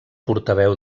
portaveu